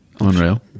Unreal